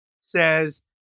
says